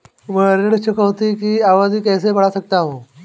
मैं ऋण चुकौती की अवधि कैसे बढ़ा सकता हूं?